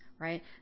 Right